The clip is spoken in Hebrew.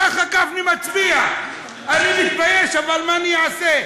ככה גפני מצביע: אני מתבייש, אבל מה אני אעשה?